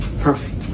Perfect